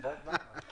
בעוד